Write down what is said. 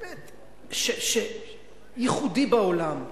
באמת, ייחודי בעולם.